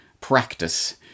practice